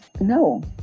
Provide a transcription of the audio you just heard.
No